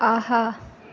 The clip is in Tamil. ஆஹா